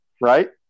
Right